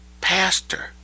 Pastor